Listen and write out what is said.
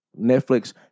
Netflix